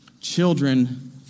children